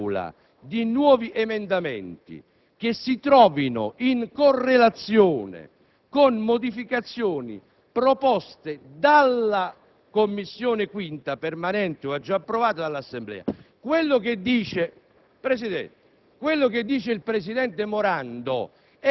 ammettere la presentazione in Aula di nuovi emendamenti che si trovino in correlazione con modificazioni proposte dalla 5a Commissione permanente o già approvate dall'Assemblea». In sostanza, il senatore